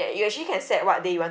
th~ you actually can set what day you want